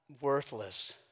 worthless